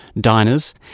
diners